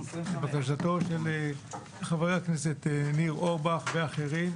לבקשתו של חבר הכנסת ניר אורבך ואחרים,